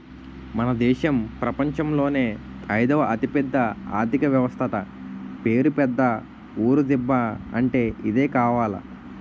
మన దేశం ప్రపంచంలోనే అయిదవ అతిపెద్ద ఆర్థిక వ్యవస్థట పేరు పెద్ద ఊరు దిబ్బ అంటే ఇదే కావాల